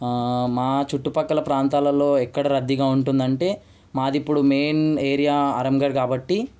మా చుట్టుపక్కల ప్రాంతాలలో ఎక్కడ రద్దీగా ఉంటుంది అంటే మాది ఇప్పుడు మెయిన్ ఏరియా ఆరాంఘర్ కాబట్టి